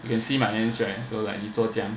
you can see my hands right so like 你做这样